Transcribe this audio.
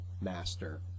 master